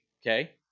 Okay